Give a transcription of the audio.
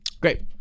Great